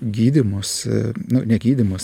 gydymosi nu negydymos